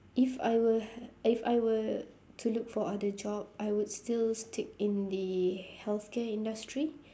if I were if I were to look for other job I would still stick in the healthcare industry